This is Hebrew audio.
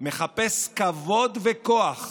מחפש כבוד וכוח,